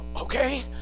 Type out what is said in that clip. okay